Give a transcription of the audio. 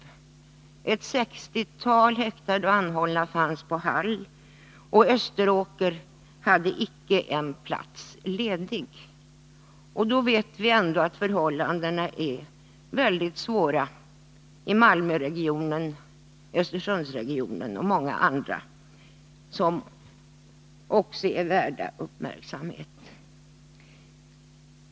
På Hall fanns ett sextiotal häktade och anhållna, och på Österåker fanns inte en enda plats ledig. Vi vet också att förhållandena är mycket svåra i Malmöoch Östersundsregionen samt på många andra håll, som är värda att uppmärksamma.